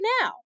now